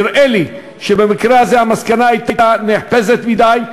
נדמה לי שהמסקנה הייתה נחפזת מדי,